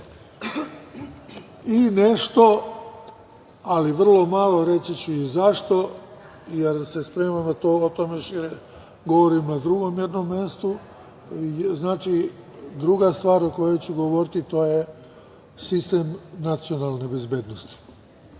i nešto, ali vrlo malo reći ću i zašto, jer se spremam o tome šire da govorim na drugom jednom mestu. Druga stvar o kojoj ću govoriti to je sistem nacionalne bezbednosti